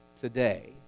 today